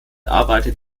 arbeitet